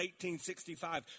1865